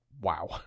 wow